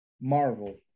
Marvel